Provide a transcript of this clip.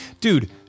Dude